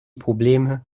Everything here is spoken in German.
probleme